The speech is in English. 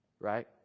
Right